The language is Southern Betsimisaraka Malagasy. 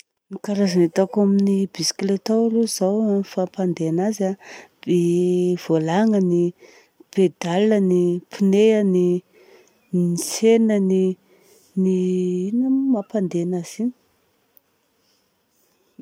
Ny karazana hitako amin'ny bisikileta ao zao, mampandeha anazy a, volagnany, pedal-ny, pneu-any, ny chaine-nany, ny inona moa mampadeha anazy igny.